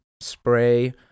spray